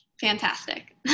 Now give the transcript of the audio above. fantastic